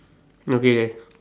okay okay